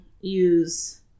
use